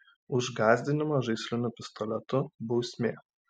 už gąsdinimą žaisliniu pistoletu bausmė